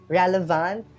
relevant